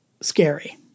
scary